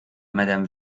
madame